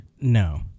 No